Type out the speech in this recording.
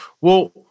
Well-